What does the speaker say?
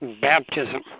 baptism